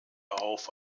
auf